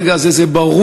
ברגע הזה זה ברור,